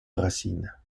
racines